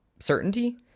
certainty